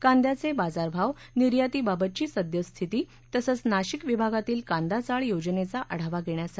कांद्याचे बाजारभाव निर्यातीबाबतची सद्यस्थिती तसेच नाशिक विभागातील कांदा चाळ योजनेचा आढावा घेण्यासाठी